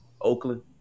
Oakland